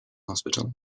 hospital